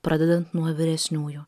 pradedant nuo vyresniųjų